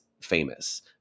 famous